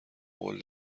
قول